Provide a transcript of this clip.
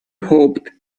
hoped